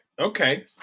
Okay